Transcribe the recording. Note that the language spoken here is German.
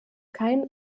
kein